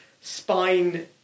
spine